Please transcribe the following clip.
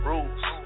Rules